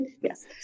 Yes